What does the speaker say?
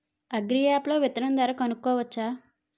Agri app లో విత్తనం ధర కనుకోవచ్చా?